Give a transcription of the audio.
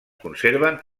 conserven